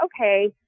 okay